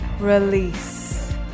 release